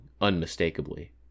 unmistakably